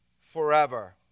forever